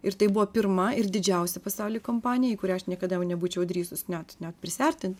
ir tai buvo pirma ir didžiausia pasauly kompanija į kurią aš niekada jau nebūčiau drįsus net prisiartint